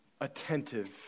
attentive